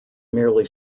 merely